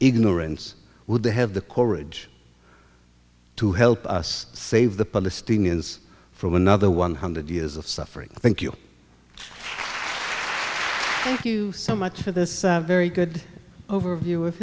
ignorance would they have the courage to help us save the palestinians from another one hundred years of suffering thank you thank you so much for this very good overview of